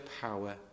power